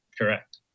correct